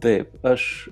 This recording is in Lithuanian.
taip aš